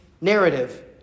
narrative